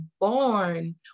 born